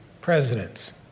presidents